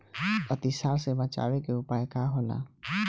अतिसार से बचाव के उपाय का होला?